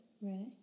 Right